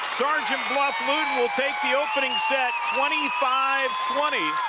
sergeant bluff-luton will take the opening set, twenty five twenty.